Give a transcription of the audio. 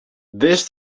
this